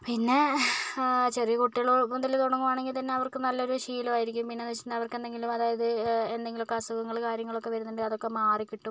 പിന്നെ ചെറിയ കുട്ടികൾ മുതൽ തുടങ്ങുകയാണെങ്കിൽ തന്നെ അവർക്കും നല്ലൊരു ശീലമായിരിക്കും പിന്നെയെന്ന് വെച്ചിട്ടുണ്ടെങ്കിൽ അവർക്കെന്തെങ്കിലും അതായത് എന്തെങ്കിലുമൊക്കെ അസുഖങ്ങൾ കാര്യങ്ങളൊക്കെ വരുന്നുണ്ടെങ്കിൽ അതൊക്കെ മാറിക്കിട്ടും